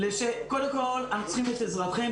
קודם כל, אנחנו צריכים את עזרתכם.